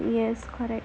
yes correct